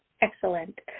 excellent